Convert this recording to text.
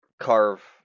Carve